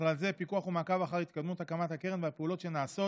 ובכלל זה פיקוח ומעקב אחר התקדמות הקמת הקרן והפעולות שנעשות